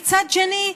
מצד שני,